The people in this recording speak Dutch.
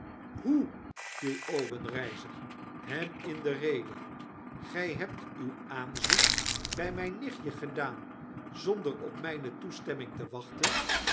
hoe viel obenreizer hem inderede w gg hebt uw aanzoek bjj mp nichtje gedaan zonder op mgne toestemming te wachten